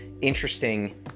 interesting